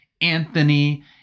Anthony